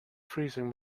freezing